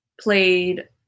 played